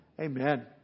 Amen